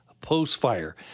post-fire